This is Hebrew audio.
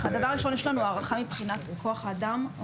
לנו הערכה מבחינת כוח האדם.